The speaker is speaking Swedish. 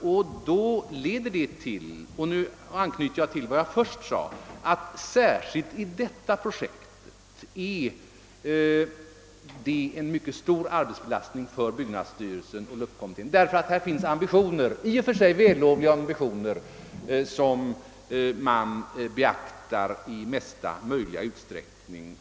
Detta leder till — och nu anknyter jag till vad jag först sade — att särskilt detta projekt innebär mycket stor arbetsbelastning för byggnadsstyrelsen. Här finns nämligen i och för sig vällovliga ambitioner som man beaktar i mesta möjliga utsträckning.